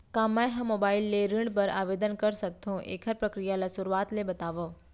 का मैं ह मोबाइल ले ऋण बर आवेदन कर सकथो, एखर प्रक्रिया ला शुरुआत ले बतावव?